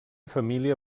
família